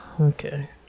Okay